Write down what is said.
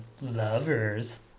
lovers